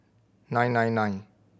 nine nine nine